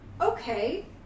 Okay